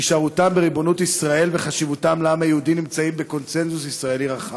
שהישארותם בריבונות ישראל וחשיבותם לעם היהודי הן בקונסנזוס ישראלי רחב,